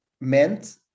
meant